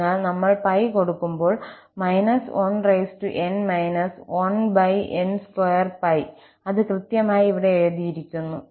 അതിനാൽ നമ്മൾ 𝜋 കൊടുക്കുമ്പോൾ −1n−1𝑛2𝜋 അത് കൃത്യമായി ഇവിടെ എഴുതിയിരിക്കുന്നു